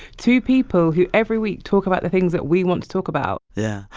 two people who, every week, talk about the things that we want to talk about? yeah.